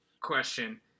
question